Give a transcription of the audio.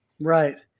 Right